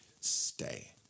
stay